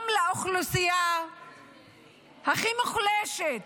גם לאוכלוסייה הכי מוחלשת,